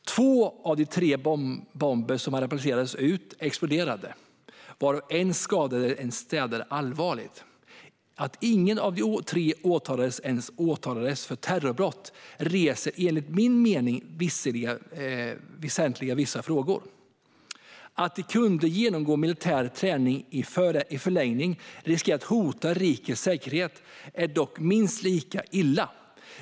Två av de tre bomber som hade placerats ut exploderade, varav en skadade en städare allvarligt. Att ingen av de tre ens åtalades för terrorbrott väcker enligt min mening vissa väsentliga frågor. Att de kunde genomgå militär träning och i förlängningen riskera att hota rikets säkerhet är dock minst lika illa.